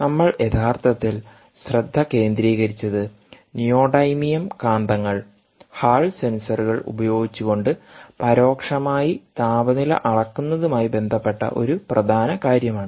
നമ്മൾ യഥാർത്ഥത്തിൽ ശ്രദ്ധ കേന്ദ്രീകരിച്ചത് നിയോഡൈമിയം കാന്തങ്ങൾ ഹാൾ സെൻസറുകൾ ഉപയോഗിച്ചുകൊണ്ട് പരോക്ഷമായി താപനില അളക്കുന്നതുമായി ബന്ധപ്പെട്ട ഒരു പ്രധാന കാര്യമാണ്